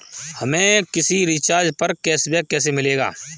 हमें किसी रिचार्ज पर कैशबैक कैसे मिलेगा?